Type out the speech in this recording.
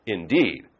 Indeed